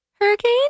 Hurricane